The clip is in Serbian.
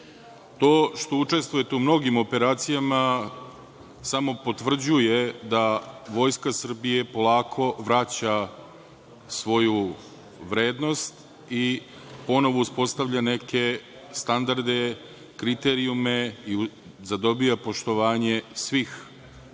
To što učestvujete u mnogim operacijama samo potvrđuje da Vojska Srbije polako vraća svoju vrednost i ponovo uspostavlja neke standarde, kriterijume i zadobija poštovanje svih onih